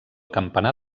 campanar